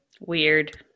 Weird